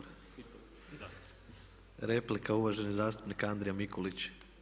Replika, uvaženi zastupnik Andrija Mikulić.